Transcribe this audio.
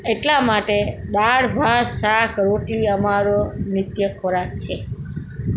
એટલા માટે દાળ ભાત શાક રોટલી અમારો નિત્ય ખોરાક છે